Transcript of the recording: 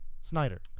Snyder